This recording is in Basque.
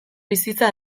bizitza